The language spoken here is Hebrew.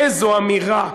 איזו אמירה.